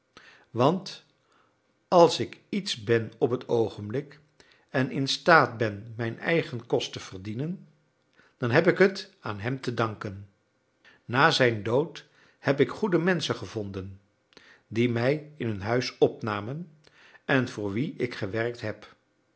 want als ik iets ben op t oogenblik en instaat ben mijn eigen kost te verdienen dan heb ik het aan hem te danken na zijn dood heb ik goede menschen gevonden die mij in hun huis opnamen en voor wie ik gewerkt heb